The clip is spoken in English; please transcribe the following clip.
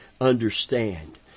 understand